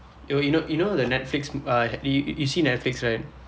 you you know you know the netflix mo~ uh yo~ you see netflix right